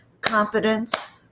confidence